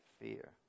fear